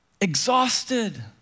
exhausted